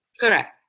Correct